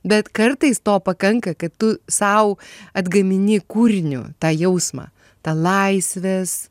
bet kartais to pakanka kad tu sau atgamini kūriniu tą jausmą tą laisvės